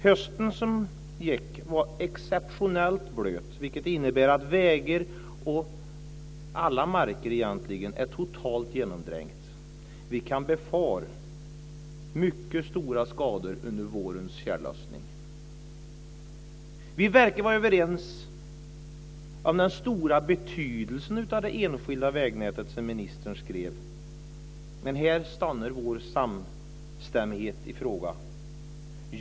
Hösten som gick var exceptionellt blöt, vilket innebär att vägar och alla marker egentligen är totalt genomdränkta. Vi kan befara mycket stora skador under vårens tjällossning. Vi verkar vara överens om den stora betydelsen av det enskilda vägnätet, som ministern skriver. Men här stannar vår samstämmighet i frågan.